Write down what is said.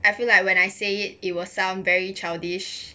I feel like when I say it will sound very childish